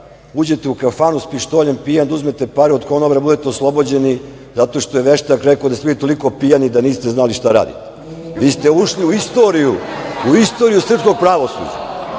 uđete u kafanu sa pištoljem pijan, da uzmete pare od konobara, da budete oslobođeni zato što je veštak rekao da ste vi bili toliko pijani da niste znali šta radite. Vi ste ušli u istoriju srpskog pravosuđa. Kada